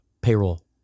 payroll